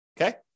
Okay